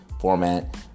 format